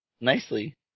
Nicely